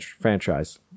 franchise